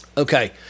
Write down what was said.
Okay